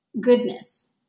goodness